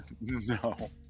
No